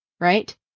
Right